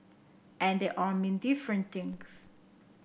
and they all mean different things